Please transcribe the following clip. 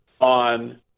on